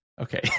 Okay